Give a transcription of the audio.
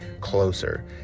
closer